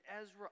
Ezra